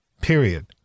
period